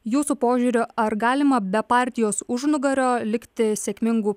jūsų požiūrio ar galima be partijos užnugario likti sėkmingu